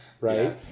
right